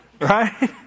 Right